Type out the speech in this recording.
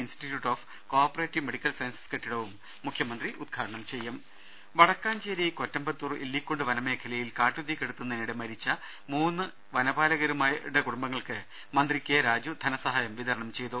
institute of cooperative medical science കെട്ടിടവും ഉദ്ഘാടനം ചെയ്യും വടക്കാഞ്ചേരി കൊറ്റമ്പത്തൂർ ഇല്ലിക്കുണ്ട് വനമേഖലയിൽ കാട്ടുതീ കെടുത്തുന്നതിനിടെ മരിച്ച മൂന്ന് വനപാലകിരുടെ കുടുംബങ്ങൾക്ക് മന്ത്രി കെ രാജു ധനസഹായം വിതരണം ചെയ്തു